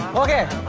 ok.